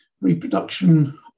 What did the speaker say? reproduction